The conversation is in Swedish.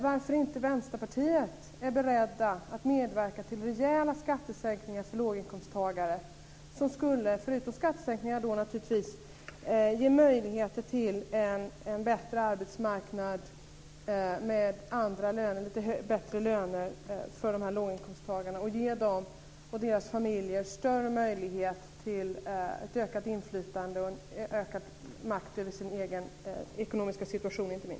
Varför är inte Vänsterpartiet berett, Per Rosengren, att medverka till rejäla skattesänkningar för låginkomsttagare? Det skulle ge möjligheter till en bättre arbetsmarknad med andra lite bättre löner för låginkomsttagarna och ge dem och deras familjer större möjlighet till ökat inflytande och ökad makt över den egna ekonomiska situationen.